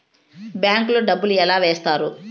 bank లో డబ్బులు ఎలా వేస్తారు